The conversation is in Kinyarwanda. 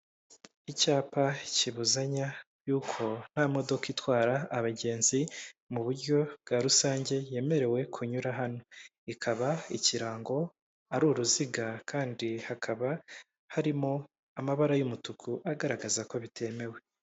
Icyapa kibuzanya yuko nta modoka itwara abagenzi mu buryo bwa rusange yemerewe kunyura hano, ikaba ikirango ari uruziga kandi hakaba harimo amabara y'umutuku agaragaza ko bitemewe.